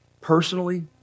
personally